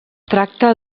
tracta